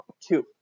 two